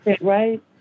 right